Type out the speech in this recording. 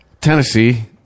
Tennessee